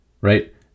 right